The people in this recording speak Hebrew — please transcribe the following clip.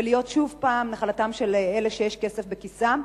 והופכים להיות שוב נחלתם של אלה שיש כסף בכיסם.